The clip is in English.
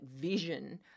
vision